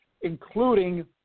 including